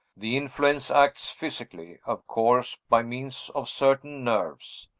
the influence acts physically, of course, by means of certain nerves.